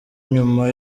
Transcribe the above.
nyuma